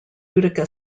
utica